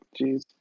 jeez